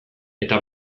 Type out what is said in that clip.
eta